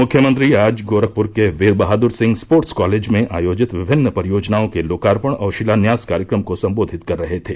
मुख्यमंत्री आज गोरखपूर के वीर बहाद्र सिंह स्पोर्ट्स कॉलेज में आयोजित विभिन्न परियोजनाओं के लोकार्पण और शिलान्यास कार्यक्रम को सम्बोधित कर रहे थे